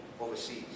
overseas